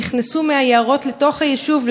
נכנסו מהיערות לתוך היישוב,